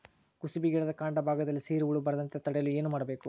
ಕುಸುಬಿ ಗಿಡದ ಕಾಂಡ ಭಾಗದಲ್ಲಿ ಸೀರು ಹುಳು ಬರದಂತೆ ತಡೆಯಲು ಏನ್ ಮಾಡಬೇಕು?